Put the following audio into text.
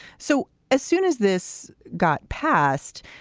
so as soon as this got passed,